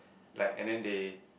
like and then they